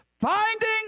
Finding